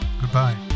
goodbye